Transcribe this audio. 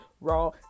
raw